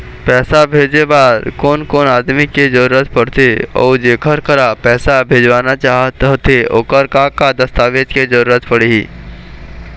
पैसा भेजे बार कोन कोन आदमी के जरूरत पड़ते अऊ जेकर करा पैसा भेजवाना चाहत होथे ओकर का का दस्तावेज के जरूरत पड़ही?